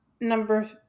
Number